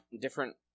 different